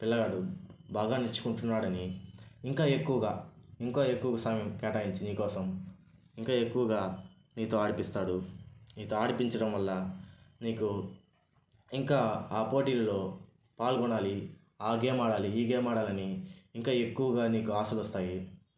పిల్లగాడు బాగా నేర్చుకుంటున్నాడని ఇంకా ఎక్కువగా ఇంకా ఎక్కువ సమయం కేటాయించి నీకోసం ఇంకా ఎక్కువగా నీతో ఆడిపిస్తాడు నీతో ఆడిపించటంవల్ల నీకు ఇంకా ఆ పోటీల్లో పాల్గొనాలి ఆ గేమ్ ఆడాలి ఈ గేమ్ ఆడాలని ఇంకా ఎక్కువగా నీకు ఆశలు వస్తాయి